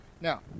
Now